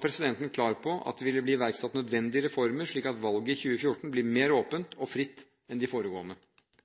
presidenten klar på at det vil bli iverksatt nødvendige reformer, slik at valget i 2014 blir mer åpent og fritt enn de foregående.